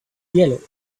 yellow